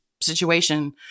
situation